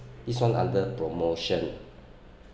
this [one] under promotion